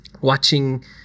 watching